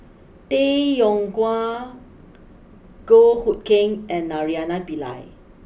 Tay Yong Kwang Goh Hood Keng and Naraina Pillai